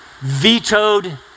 vetoed